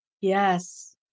Yes